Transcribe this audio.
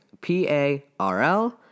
P-A-R-L